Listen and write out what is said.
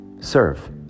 serve